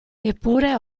eppure